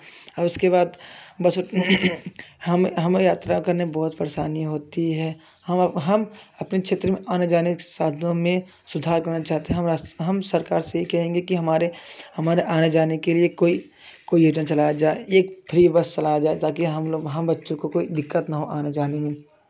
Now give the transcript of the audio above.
और उसके बाद बस हम हम यात्रा करना बहुत परेशानी होती है हम अपने क्षेत्र में आने जाने के साधनों में सुधार करना चाहते हैं हम सरकार से यह कहेंगे कि हमारे आने जाने के लिए कोई कोई योजना चला जाए एक फ्री बस चला जाए ताकि हम लोग हम बच्चों को कोई दिक्कत न हो आने जाने में